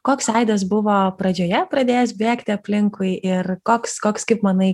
koks aidas buvo pradžioje pradėjęs bėgti aplinkui ir koks koks kaip manai